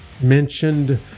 mentioned